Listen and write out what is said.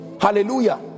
hallelujah